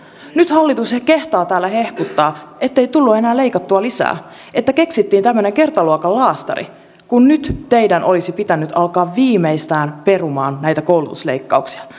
nyt hallitus kehtaa täällä hehkuttaa ettei tullut enää leikattua lisää että keksittiin tämmöinen kertaluokan laastari kun nyt teidän olisi pitänyt alkaa viimeistään perumaan näitä koulutusleikkauksia